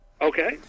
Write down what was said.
Okay